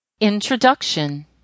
Introduction